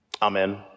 Amen